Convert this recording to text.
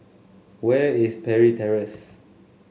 where is Parry Terrace